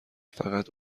فقط